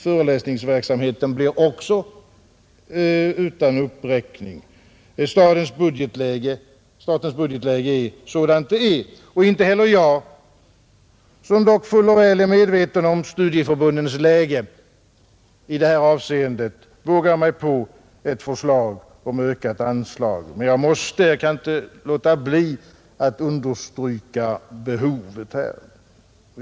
Föreläsningsverksamheten blir också utan uppräkning. Statens budgetläge är sådant det är, och inte heller jag, som dock fuller väl är medveten om studieförbundens läge i det här avseendet, vågar mig på ett förslag om ökat anslag. Men jag måste — jag kan inte låta bli det — understryka behovet här.